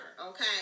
okay